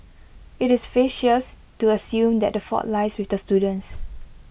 IT is facetious to assume that the fault lies with the students